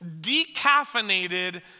decaffeinated